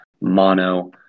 mono